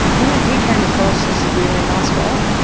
you know, he came across as a really nice guy